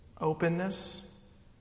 openness